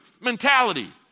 mentality